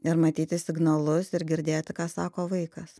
ir matyti signalus ir girdėti ką sako vaikas